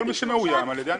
כל מי שמאוים על ידי הנאשם.